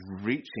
reaching